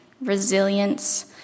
resilience